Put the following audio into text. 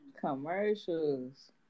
Commercials